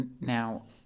Now